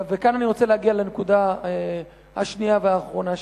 וכאן אני רוצה להגיע לנקודה השנייה והאחרונה שלי.